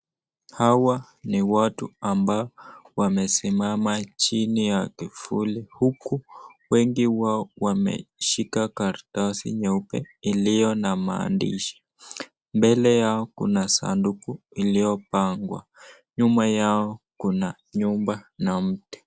Hawa ni watu ambao wamesimama chini ya kivuli huku wengi wao wameshika karatasi nyeupe ilio na maandishi. Mbele yao kuna sanduku ilio pangwa, nyuma yao kuna mti.